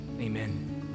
amen